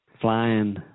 flying